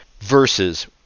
verses